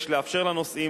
יש לאפשר לנוסעים,